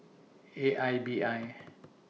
A I B I